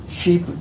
Sheep